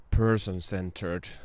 person-centered